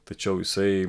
tačiau jisai